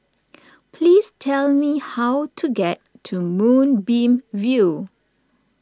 please tell me how to get to Moonbeam View